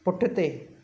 पुठिते